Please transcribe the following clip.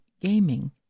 Gaming